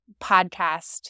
podcast